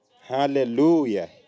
Hallelujah